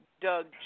Doug